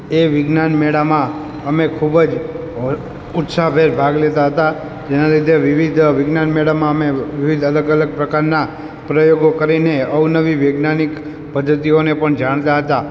એ વિજ્ઞાન મેળામાં અમે ખૂબ જ હો ઉત્સાહભેર ભાગ લેતાં હતાં જેના લીધે વિવિધ વિજ્ઞાન મેળામાં અમે વિવિધ અલગ અલગ પ્રકારના પ્રયોગો કરીને અવનવી વૈજ્ઞાનિક પદ્ધતિઓને પણ જાણતાં હતાં